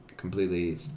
completely